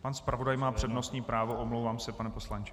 Pan zpravodaj má přednostní právo, omlouvám se, pane poslanče.